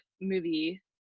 movie